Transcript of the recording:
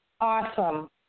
Awesome